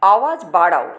আওয়াজ বাড়াও